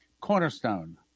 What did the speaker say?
cornerstone